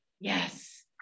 yes